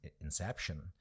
inception